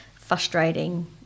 frustrating